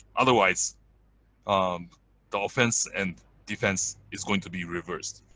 otherwise um the offense and defense is going to be reversed.